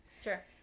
Sure